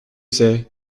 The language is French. c’est